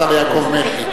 השר יעקב מרגי.